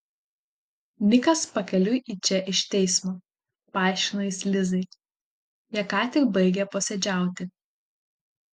nikas pakeliui į čia iš teismo paaiškino jis lizai jie ką tik baigė posėdžiauti